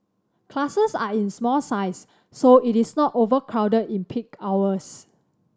classes are in small size so it is not overcrowded in peak hours